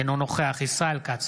אינו נוכח ישראל כץ,